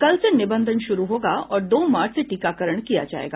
कल से निबंधन शुरू होगा और दो मार्च से टीकाकरण किया जायेगा